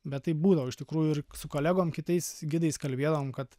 bet taip būdavo iš tikrųjų ir su kolegom kitais gidais kalbėdavom kad